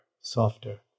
softer